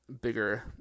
bigger